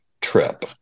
trip